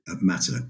matter